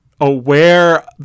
aware